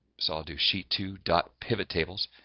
so, i'll do sheet two, dot pivot tables,